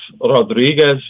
Rodriguez